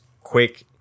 quick